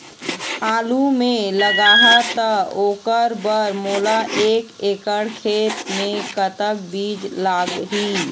आलू मे लगाहा त ओकर बर मोला एक एकड़ खेत मे कतक बीज लाग ही?